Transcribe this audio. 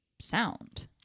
sound